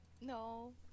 No